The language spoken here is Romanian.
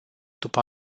după